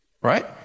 right